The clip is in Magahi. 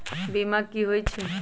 बीमा कि होई छई?